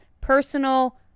personal